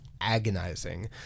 agonizing